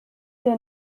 der